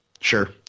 Sure